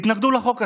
תתנגדו לחוק הזה.